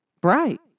bright